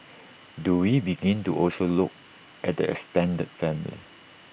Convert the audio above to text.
do we begin to also look at the extended family